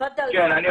יש לנו